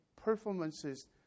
performances